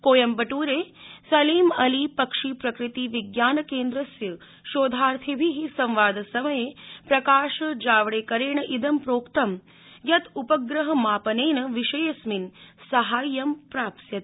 कोयंबटूरे सालिम अली पक्षीप्रकृति विज्ञान केन्द्रस्य शोधार्थिभि संवादसमये प्रकाशजावड़ेकरेण इदं प्रोक्त यत् उपग्रहमापनेन विषयेऽस्मिन् साहाय्यं प्राप्स्यते